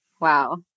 Wow